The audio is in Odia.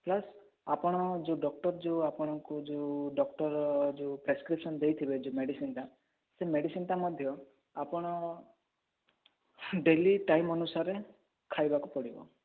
ପ୍ଲସ୍ ଆପଣ ଯୋଉ ଡ଼କ୍ଟର ଯୋଉ ଆପଣଙ୍କୁ ଯୋଉ ଡ଼କ୍ଟର ଯୋଉ ପ୍ରେସକ୍ରିପସନ୍ ଦେଇଥିବେ ଯୋଉ ମେଡ଼ିସିନ୍ ଟା ସେ ମେଡ଼ିସିନ୍ ଟା ମଧ୍ୟ ଆପଣ ଡେଲି ଟାଇମ୍ ଅନୁସାରେ ଖାଇବାକୁ ପଡ଼ିବ